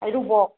ꯍꯔꯤꯕꯣꯞ